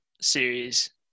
series